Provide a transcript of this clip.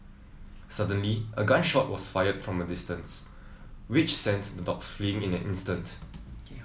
suddenly a gun shot was fired from a distance which sent the dogs fleeing in an instant